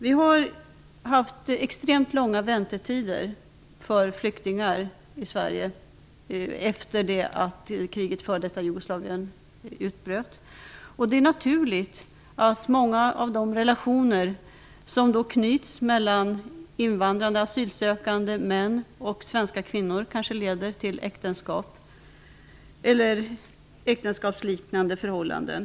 Vi har haft extremt långa väntetider för flyktingar i Det är naturligt att många av de relationer som då knyts mellan invandrande asylsökande män och svenska kvinnor kanske leder till äktenskap eller äktenskapsliknande förhållanden.